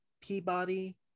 Peabody